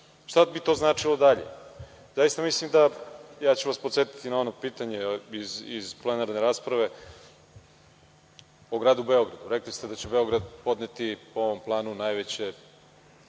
bi to značilo dalje? Zaista mislim da, podsetiću vas na ono pitanje iz plenarne rasprave o gradu Beogradu, rekli ste da će Beograd podneti po ovom planu najveće